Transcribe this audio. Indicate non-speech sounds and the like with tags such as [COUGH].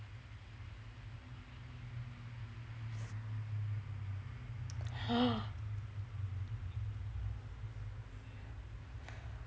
[BREATH]